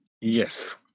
Yes